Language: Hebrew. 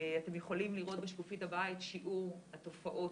אתם יכולים לראות בשקופית הבאה את שיעור התופעות